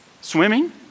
Swimming